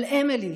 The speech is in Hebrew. על אמילי,